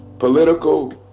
political